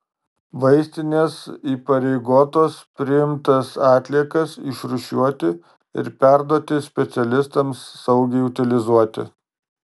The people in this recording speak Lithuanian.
vaistinės įpareigotos priimtas atliekas išrūšiuoti ir perduoti specialistams saugiai utilizuoti